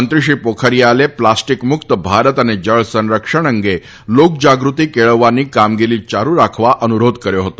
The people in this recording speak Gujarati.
મંત્રી શ્રી પોખરીયાલે પ્લાસ્ટીક મુક્ત ભારત અને જળસંરક્ષણ અંગે લોકજાગૃતિ કેળવવાની કામગીરી ચાલુ રાખવા અનુરોધ કર્યો હતો